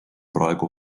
praegu